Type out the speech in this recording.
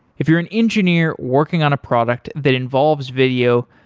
if you're an engineer working on a product that involves video,